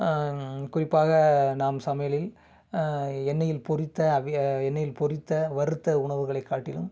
குறிப்பாக நாம் சமையலில் எண்ணெயில் பொரித்த அவியல் எண்ணெயில் பொரித்த வறுத்த உணவுகளை காட்டிலும்